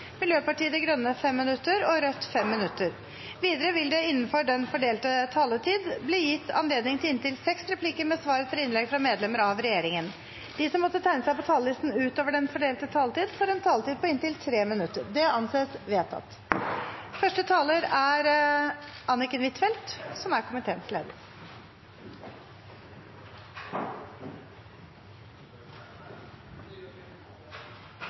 Miljøpartiet De Grønne 5 minutter og Rødt 5 minutter. Videre vil det – innenfor den fordelte taletid – bli gitt anledning til inntil seks replikker med svar etter innlegg fra medlemmer av regjeringen. De som måtte tegne seg på talerlisten utover den fordelte taletid, får en taletid på inntil 3 minutter.